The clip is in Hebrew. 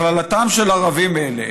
הכללתם של ערבים אלה,